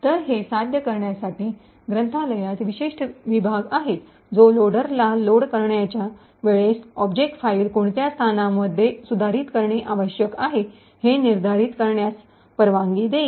तर हे साध्य करण्यासाठी ग्रंथालयात विशेष विभाग आहे जो लोडरला लोड होण्याच्या वेळेस ऑब्जेक्ट फाईल कोणत्या स्थानांमध्ये सुधारित करणे आवश्यक आहे हे निर्धारित करण्यास परवानगी देईल